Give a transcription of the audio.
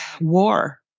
war